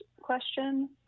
question